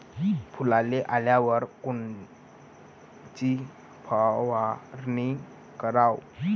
फुलाले आल्यावर कोनची फवारनी कराव?